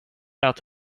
out